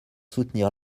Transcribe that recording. soutenir